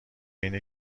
اینه